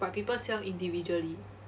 but people sell individually